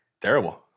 Terrible